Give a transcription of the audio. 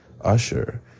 Usher